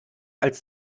als